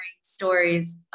stories